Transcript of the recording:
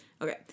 Okay